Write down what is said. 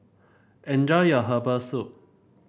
enjoy your Herbal Soup